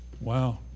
Wow